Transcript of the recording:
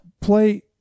play